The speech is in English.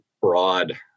broad